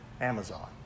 Amazon